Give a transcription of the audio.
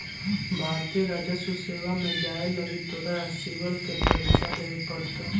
भारतीय राजस्व सेवा में जाए लगी तोरा सिवल के परीक्षा देवे पड़तो